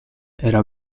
era